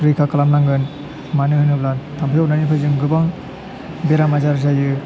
रैखा खालामनांगोन मानो होनोब्ला थाम्फै अरनायनिफ्राय जों गोबां बेराम आजार जायो